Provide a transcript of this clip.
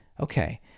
Okay